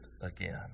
again